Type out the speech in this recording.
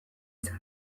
izan